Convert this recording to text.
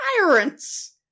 tyrants